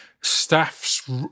staffs